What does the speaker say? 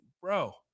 bro